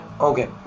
okay